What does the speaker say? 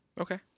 Okay